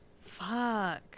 Fuck